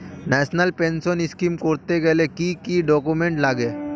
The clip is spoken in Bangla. ন্যাশনাল পেনশন স্কিম করতে গেলে কি কি ডকুমেন্ট লাগে?